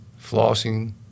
flossing